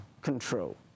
control